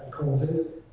causes